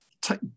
take